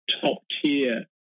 top-tier